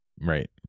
Right